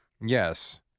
Yes